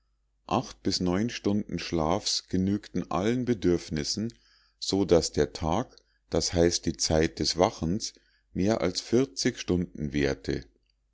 acht bis neun stunden schlafs genügten allen bedürfnissen so daß der tag das heißt die zeit des wachens mehr als stunden währte